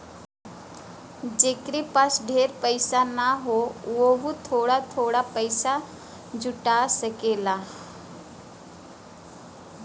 जेकरे पास ढेर पइसा ना हौ वोहू थोड़ा थोड़ा पइसा जुटा सकेला